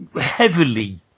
heavily